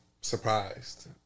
surprised